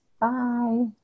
Bye